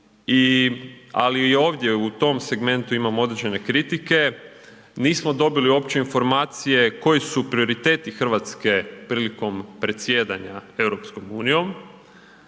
ali i ovdje u tom segmentu imam određene kritike. Nismo dobili uopće informacije koji su prioriteti Hrvatske prilikom predsjedanja EU, građani